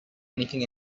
anything